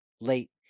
late